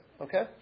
Okay